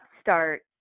start